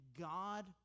God